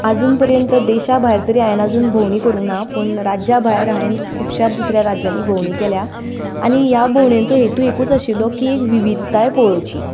आजून परेन तर देशा भायर तरी हांवें आजून भोंवडी करूंक ना पूण राज्या भायर हांवें खुबश्या दुसऱ्या राज्यांनी भोंवडी केल्या आनी ह्या भोंवडेंचो हेतू एकूच आशिल्लो की एक विविधताय पळोवची